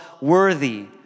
worthy